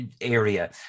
area